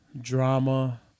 drama